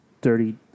Dirty